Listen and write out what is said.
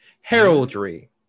Heraldry